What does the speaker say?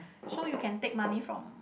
so you can take money from